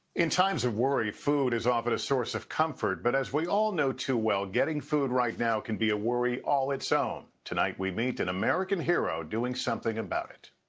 in times of worry, food is often a source of comfort but as we all know too well, getting food right now can be a worry all its own. tonight, we meet an american hero doing something about it.